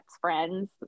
friends